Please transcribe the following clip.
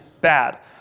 bad